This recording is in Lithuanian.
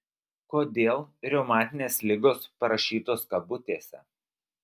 kodėl reumatinės ligos parašytos kabutėse